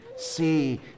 see